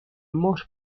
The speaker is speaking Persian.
مهر